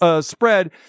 spread